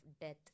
death